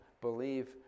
believe